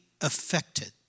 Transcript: affected